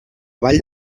vall